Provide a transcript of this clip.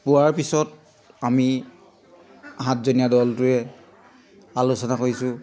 পোৱাৰ পিছত আমি সাতজনীয়া দলটোৱে আলোচনা কৰিছোঁ